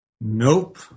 Nope